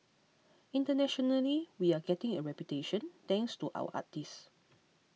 internationally we're getting a reputation thanks to our artists